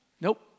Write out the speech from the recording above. Nope